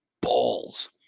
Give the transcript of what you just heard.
balls